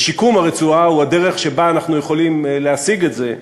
ושיקום הרצועה הוא הדרך שבה אנחנו יכולים להשיג את זה,